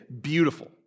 beautiful